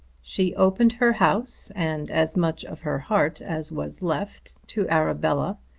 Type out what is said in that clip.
she opened her house and as much of her heart as was left to arabella,